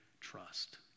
trust